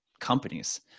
companies